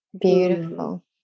Beautiful